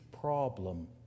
problem